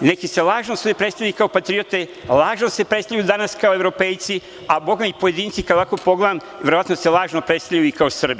neki se lažno predstavljaju kao patriote, lažno se predstavljaju danas kao evropejci, a bogami i pojedinci, kad ovako pogledam, verovatno se lažno predstavljaju i kao Srbi.